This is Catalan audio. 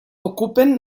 ocupen